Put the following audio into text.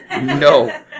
No